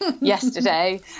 yesterday